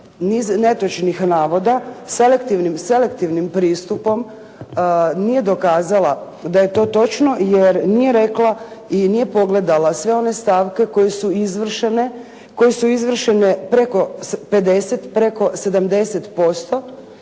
netočnih navoda selektivnim pristupom nije dokazala da je to točno, jer nije rekla i nije pogledala sve one stavke koje su izvršene, koje su